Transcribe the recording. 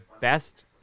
best